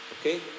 Okay